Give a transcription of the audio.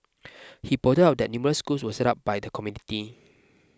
he pointed out that numerous schools were set up by the community